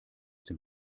dem